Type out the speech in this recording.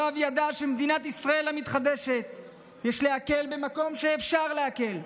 הרב ידע שבמדינת ישראל המתחדשת יש להקל במקום שאפשר להקל,